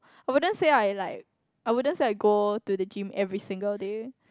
I wouldn't say I like I wouldn't say I go to the gym every single day